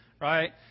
Right